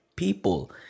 people